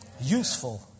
Useful